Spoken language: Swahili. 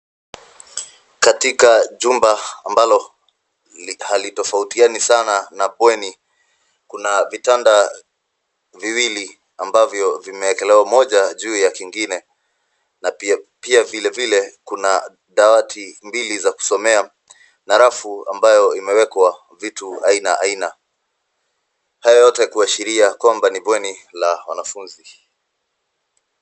Katika jumba ambalo halitofautiani sana na bweni, kuna vitanda viwili ambavyo vimewekwa moja juu ya kingine na pia vilevile, kuna madawati mawili ya kusomea na pia rafu imewekea vitu aina aina. Hii ni kuashiria kwamba ni bweni la wanafunzi.